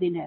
दिन है